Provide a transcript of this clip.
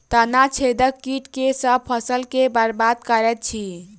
तना छेदक कीट केँ सँ फसल केँ बरबाद करैत अछि?